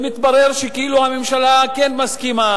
מתברר שכאילו הממשלה כן מסכימה